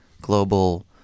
global